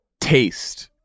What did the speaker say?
taste